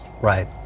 Right